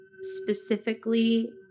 specifically